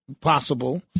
Possible